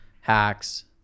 Hacks